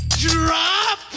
DROP